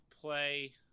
play